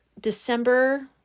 december